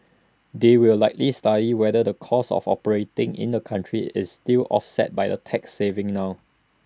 they will likely study whether the cost of operating in that country is still offset by the tax savings now